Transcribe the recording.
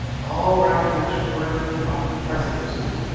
all around which were lofty precipices